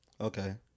Okay